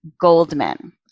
Goldman